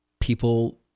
People